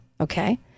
okay